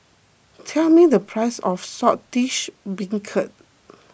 tell me the price of Saltish Beancurd